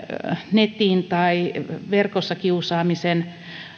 netin ja verkossa kiusaamisen